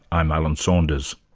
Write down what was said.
i'm alan saunders.